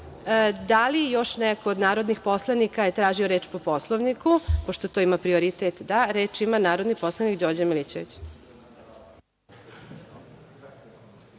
li je još neko od narodnih poslanika tražio reč po Poslovniku, pošto to ima prioritet? Da. Reč ima narodni poslanik Đorđe Milićević. Izvolite.